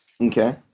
Okay